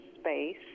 space